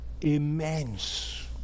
immense